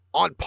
on